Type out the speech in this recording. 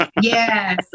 Yes